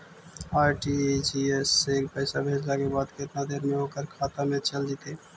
RTGS से पैसा भेजला के बाद केतना देर मे ओकर खाता मे चल जितै?